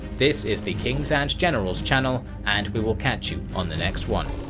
this is the kings and generals channel, and we will catch you on the next one.